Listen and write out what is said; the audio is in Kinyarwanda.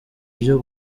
byo